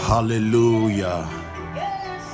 Hallelujah